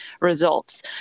results